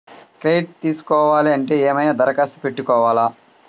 Credit తీసుకోవాలి అంటే ఏమైనా దరఖాస్తు పెట్టుకోవాలా?